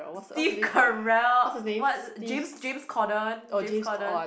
Steve Carell what James James-Corden James-Corden